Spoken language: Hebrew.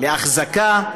לאחזקה,